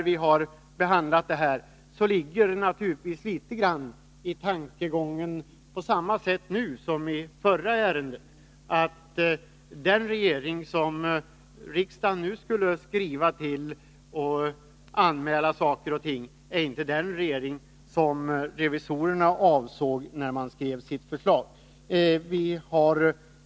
Vid behandlingen av detta ärende har vi på samma sätt som när det gäller förra ärendet haft i åtanke att den regering som riksdagen nu skall skriva till och anmäla saker och ting till inte är den regering som revisorerna avsåg när de utformade sina förslag.